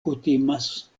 kutimas